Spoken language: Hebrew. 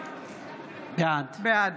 בעד